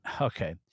Okay